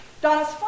Donna's